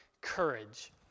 courage